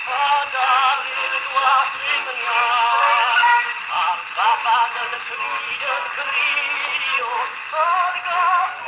i